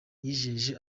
yijeje